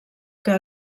que